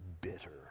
bitter